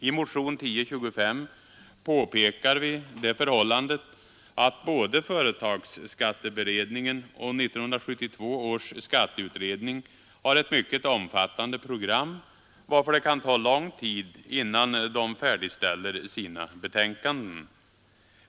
I motionen 1025 påpekar vi det förhållandet att både företagsskatteberedningen och 1972 års skatteutredning har ett mycket omfattande program, varför det kan ta lång tid innan de färdigställer sina betänkanden.